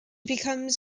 becomes